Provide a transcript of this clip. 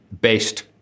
based